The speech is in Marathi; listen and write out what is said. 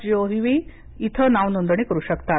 जीओव्ही इथ नावनोंदणी करू शकतात